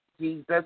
Jesus